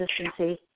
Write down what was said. consistency